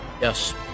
Yes